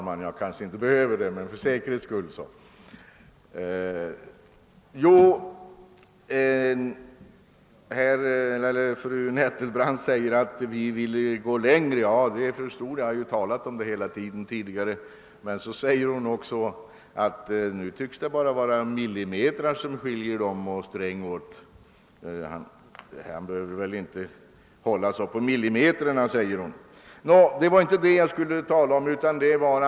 Fru Nettelbrandt säger att folkpartiet vill gå längre än regeringen. Ja, det förstod jag och det har sagts hela tiden förut. Hon säger också att det nu bara tycks vara millimetrar som skiljer socialdemokraterna och folkpartisterna åt, och hon menar att herr Sträng inte bör vara så noga med millimetrarna.